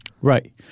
Right